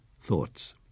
thoughts